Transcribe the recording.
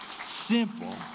simple